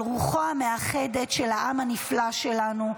על רוחו המאחדת של העם הנפלא שלנו,